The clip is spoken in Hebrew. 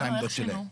למה, איך שינו?